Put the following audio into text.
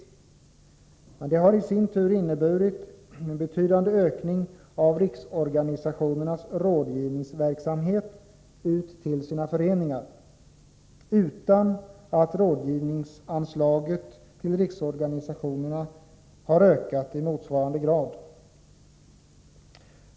Detta har emellertid i sin tur inneburit en betydande ökning av riksorganisationernas rådgivningsverksamhet ut till föreningarna, utan att rådgivningsanslaget till riksorganisationerna har ökat i motsvarande grad.